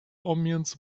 omens